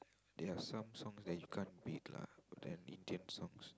there are some songs that you can't beat lah that idiot songs